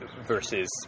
versus